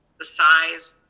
the size,